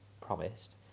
promised